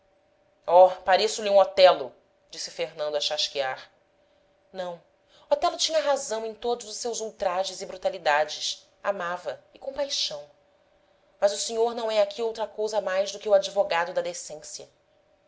oh pareço lhe um otelo disse fernando a chasquear não otelo tinha razão em todos os seus ultrajes e brutalidades amava e com paixão mas o senhor não é aqui outra cousa mais do que o advogado da decência